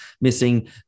missing